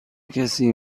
کسی